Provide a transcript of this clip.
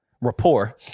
rapport